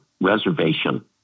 reservation